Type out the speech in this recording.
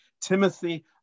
Timothy